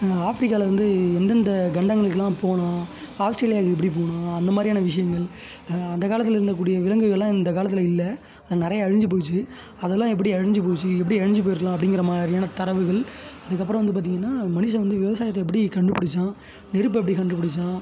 ஆஃப்ரிக்காலேருந்து எந்தெந்த கண்டங்களுக்குலாம் போனான் ஆஸ்ட்ரேலியாவுக்கு எப்படி போனான் அந்த மாதிரியான விஷயங்கள் அந்த காலத்தில் இருந்தக்கூடிய விலங்குகள்லாம் இந்த காலத்தில் இல்லை நிறைய அழிஞ்சு போச்சு அதெலாம் எப்படி அழிஞ்சு போச்சு எப்டி அழிஞ்சு போயிருக்கலாம் அப்படிங்கிற மாதிரியான தரவுகள் அதுக்கப்புறம் வந்து பார்த்தீங்கன்னா மனுஷன் வந்து விவசாயத்தை எப்படி கண்டுபிடிச்சான் நெருப்பை எப்படி கண்டுபிடிச்சான்